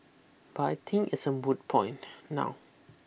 but I think it's a moot point now